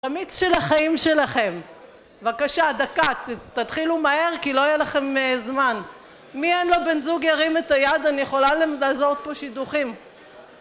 המיץ של החיים שלכם בבקשה, דקה, תתחילו מהר כי לא יהיה לכם זמן מי אין לו בן זוג ירים את היד אני יכולה לעזור פה שידוכים